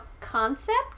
concept